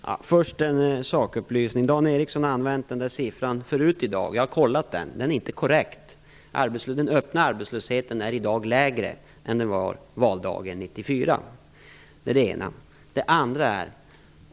Herr talman! Först har jag en sakupplysning. Dan Ericsson har använt den där siffran om arbetslösheten förut i dag. Jag har kollat den, och den är inte korrekt. Den öppna arbetslösheten är i dag lägre än den var på valdagen 1994. Sedan vill jag ha svar på en sak.